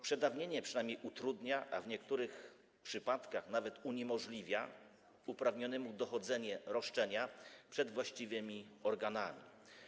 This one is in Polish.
Przedawnienie przynajmniej utrudnia, a w niektórych przypadkach nawet uniemożliwia, uprawnionemu dochodzenie roszczenia przed właściwymi organami.